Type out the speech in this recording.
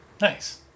Nice